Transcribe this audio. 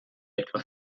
etwa